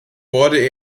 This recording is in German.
wurde